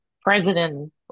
president